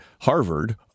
Harvard